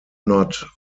not